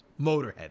Motorhead